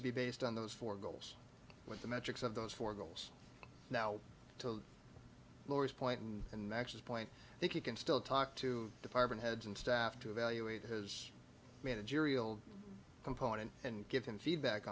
to be based on those four goals with the metrics of those four goals now to gloria's point and next point i think you can still talk to department heads and staff to evaluate his managerial component and give them feedback